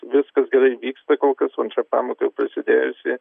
viskas gerai vyksta kol kas antra pamoka prasidėjusi